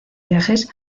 viajes